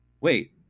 wait